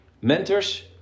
Mentors